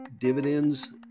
dividends